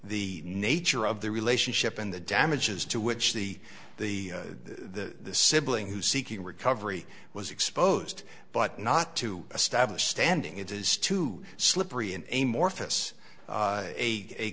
the nature of the relationship and the damages to which the the the sibling who's seeking recovery was exposed but not to establish standing it is too slippery and a